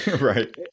Right